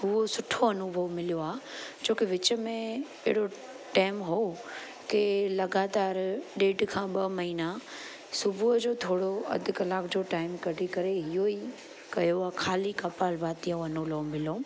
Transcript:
उहो सुठो अनुभव मिलियो आहे छोकी विच में एॾो टाइम हो कि लगातार ॾेढ खां ॿ महिना सुबुह जो थोरो अधु कलाक जो टाइम कढी करे इहो ई कयो आहे खाली कपालभाती ऐं अनुलोम विलोम